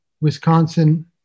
Wisconsin